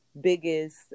Biggest